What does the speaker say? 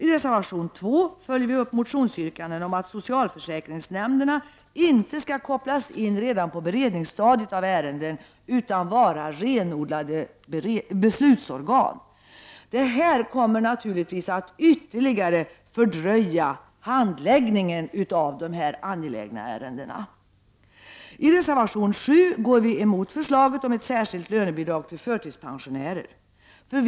I reservation 2 följer vi upp motionsyrkanden om att socialförsäkringsnämnderna inte skall kopplas in redan på beredningsstadiet av ett ärende, utan vara renodlade beslutsorgan. Det här kommer naturligtvis att ytterligare fördröja handläggningen av dessa angelägna ärenden. I reservation 7 går vi emot förslaget om ett särskilt lönebidrag för förtidspensionärer.